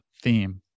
theme